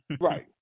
Right